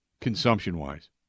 consumption-wise